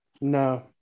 no